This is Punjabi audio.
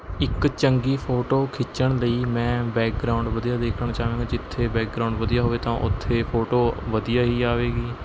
ਇੱਕ ਚੰਗੀ ਫੋਟੋ ਖਿੱਚਣ ਲਈ ਮੈਂ ਬੈਕਗਰਾਊਂਡ ਵਧੀਆ ਦੇਖਣਾ ਚਾਹਵਾਂਗਾ ਜਿੱਥੇ ਬੈਕਗਰਾਊਂਡ ਵਧੀਆ ਹੋਵੇ ਤਾਂ ਉੱਥੇ ਫੋਟੋ ਵਧੀਆ ਹੀ ਆਵੇਗੀ